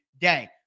day